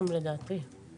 גם לדעתי.